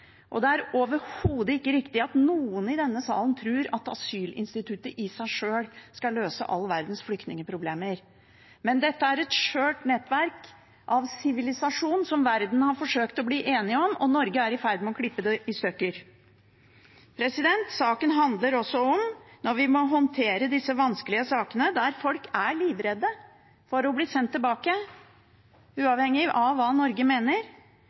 Det er overhodet ikke riktig at noen i denne salen tror at asylinstituttet i seg sjøl skal løse all verdens flyktningproblemer. Men dette er et skjørt nettverk av sivilisasjon som verden har forsøkt å bli enige om, og Norge er i ferd med å klippe det i stykker. Saken handler også om at når vi må håndtere disse vanskelig sakene, der folk er livredde for å bli sendt tilbake, uavhengig av hva Norge mener,